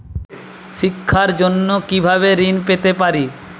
শিক্ষার জন্য কি ভাবে ঋণ পেতে পারি?